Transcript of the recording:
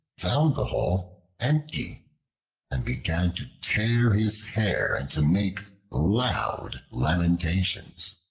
found the hole empty and began to tear his hair and to make loud lamentations.